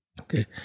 Okay